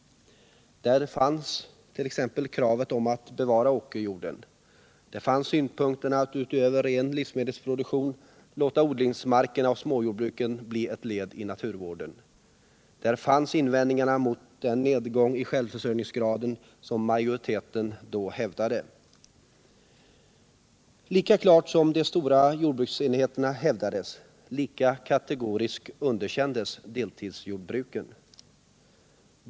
Där fanns t.ex. kravet att man skall bevara åkerjorden. Där fanns synpunkten att utöver ren livsmedelsproduktion låta odlingsmarkerna och småjordbruken bli ett led i naturvården. Där fanns invändningar mot den nedgång i självförsörjningsgraden som majoriteten då hävdade. Lika klart som de stora jordbruksenheterna hävdades av utredningen, lika kategoriskt underkändes deltidsjordbruken.